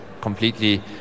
completely